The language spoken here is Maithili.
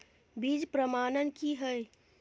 बीज प्रमाणन की हैय?